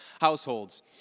households